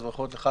אז ברכות לך,